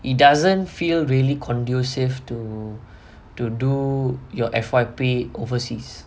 it doesn't feel really conducive to to do your F_Y_P overseas